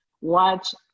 watch